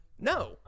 No